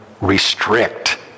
Restrict